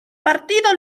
partido